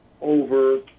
over